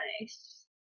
Nice